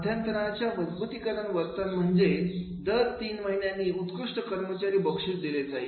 मध्यंतराच्या मजबुतीकरण वर्तन म्हणजे दर तीन महिन्यांनी उत्कृष्ट कर्मचारी बक्षीस दिले जाईल